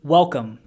Welcome